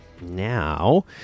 now